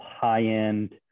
high-end